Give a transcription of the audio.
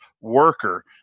worker